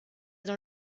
dans